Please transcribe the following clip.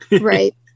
Right